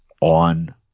on